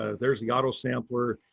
ah there's the auto sampler.